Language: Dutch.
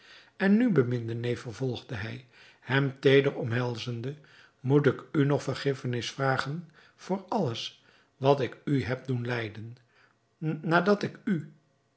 en nu beminde neef vervolgde hij hem teeder omhelzende moet ik u nog vergiffenis vragen voor alles wat ik u heb doen lijden nadat ik u